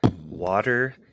water